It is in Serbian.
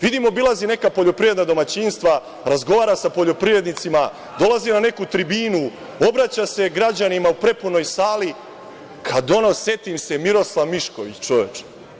Vidim obilazi neka poljoprivredna domaćinstva, razgovara sa poljoprivrednicima, dolazi na neku tribinu, obraća se građanima u prepunoj sali, kad ono, setim se, Miroslav Mišković čoveče.